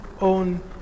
on